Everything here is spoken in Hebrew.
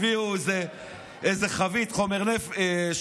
הביאו איזו חבית של רעל,